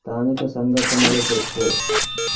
స్థానిక సంఘటనలు చెప్పు